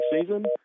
season